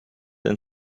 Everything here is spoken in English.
and